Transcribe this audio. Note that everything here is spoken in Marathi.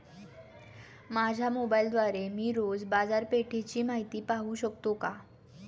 माझ्या मोबाइलद्वारे मी रोज बाजारपेठेची माहिती पाहू शकतो का?